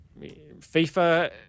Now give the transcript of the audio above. FIFA